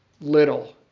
little